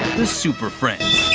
the super friends.